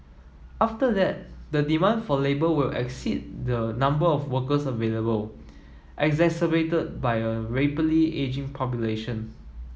after that the demand for labour will exceed the number of workers available exacerbated by a rapidly ageing population